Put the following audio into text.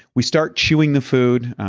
we start chewing the food,